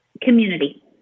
community